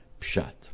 pshat